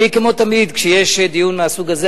כמו תמיד כשיש דיון מהסוג הזה,